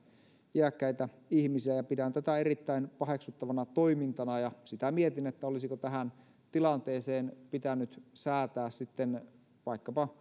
iäkkäitä ihmisiä pidän tätä erittäin paheksuttavana toimintana ja sitä mietin olisiko tähän tilanteeseen pitänyt säätää vaikkapa